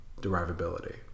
derivability